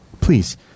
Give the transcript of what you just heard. Please